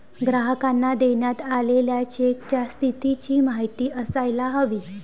ग्राहकांना देण्यात आलेल्या चेकच्या स्थितीची माहिती असायला हवी